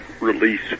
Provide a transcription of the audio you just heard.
release